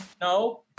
No